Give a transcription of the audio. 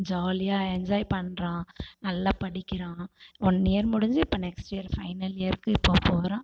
ஜாலியாக என்ஜாய் பண்ணுறான் நல்லா படிக்கிறான் ஒன் இயர் முடிஞ்சு இப்போ நெக்ஸ்ட் இயர் ஃபைனல் இயர்க்கு போ போகறான்